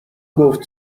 گفت